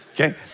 Okay